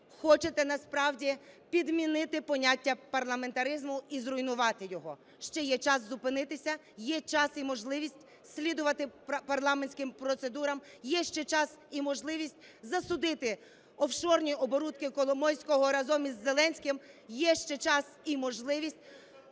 хочете, насправді, підмінити поняття парламентаризму і зруйнувати його. Ще є час зупинитися, є час і можливість слідувати парламентським процедурам. Є ще час і можливість засудити офшорні оборудки Коломойського разом із Зеленським. Є ще час і можливість